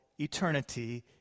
eternity